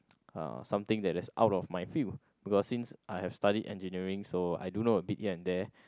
uh something that is out of my field because since I have studied engineering so I don't know a bit here and there